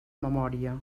memòria